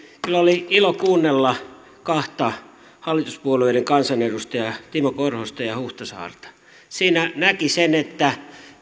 kyllä oli ilo kuunnella kahta hallituspuolueiden kansanedustajaa timo korhosta ja ja huhtasaarta siinä näki sen että